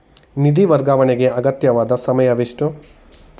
ನಿಧಿ ವರ್ಗಾವಣೆಗೆ ಅಗತ್ಯವಾದ ಸಮಯವೆಷ್ಟು?